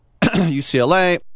UCLA